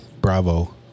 bravo